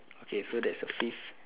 okay so that's the fifth